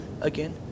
again